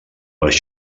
les